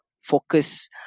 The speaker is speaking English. focus